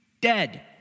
dead